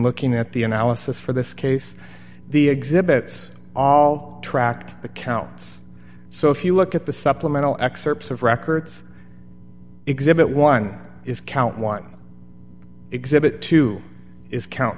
looking at the analysis for this case the exhibits all tracked the counts so if you look at the supplemental excerpts of records exhibit one is count one exhibit two is count